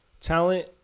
Talent